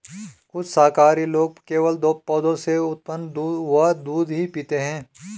कुछ शाकाहारी लोग केवल पौधों से उत्पन्न हुआ दूध ही पीते हैं